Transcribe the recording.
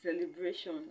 celebration